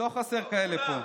לא חסר כאלה פה.